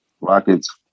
Rockets